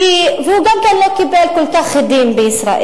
והוא גם כן לא קיבל כל כך הדים בישראל.